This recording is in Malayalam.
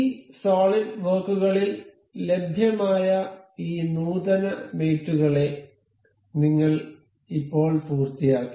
ഈ സോളിഡ് വർക്കുകളിൽ ലഭ്യമായ ഈ നൂതന മേറ്റ് കളെ നിങ്ങൾ ഇപ്പോൾ പൂർത്തിയാക്കി